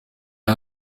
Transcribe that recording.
aho